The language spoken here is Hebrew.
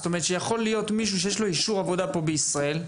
יכול להיות מישהו שיש לו אישור עבודה כאן בישראל,